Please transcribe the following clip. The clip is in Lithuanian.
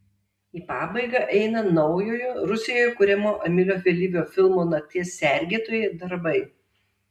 į pabaigą eina naujojo rusijoje kuriamo emilio vėlyvio filmo nakties sergėtojai darbai